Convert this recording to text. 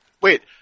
Wait